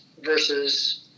versus